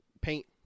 paint